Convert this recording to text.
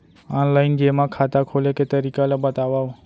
Online जेमा खाता खोले के तरीका ल बतावव?